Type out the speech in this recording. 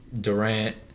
Durant